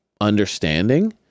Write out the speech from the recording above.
understanding